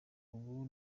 ubu